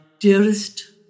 Dearest